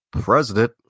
president